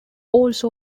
also